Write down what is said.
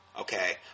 Okay